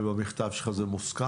ובמכתב שלך זה מוזכר?